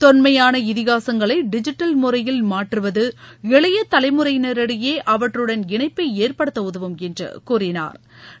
தொன்மையான இதிகாசங்களை டிஜிட்டல் முறையில மாற்றுவது இளைய தலைமுறையினரிடையே அவற்றுடன் இணைப்பை ஏற்படுத்த உதவும் என்று கூறினா்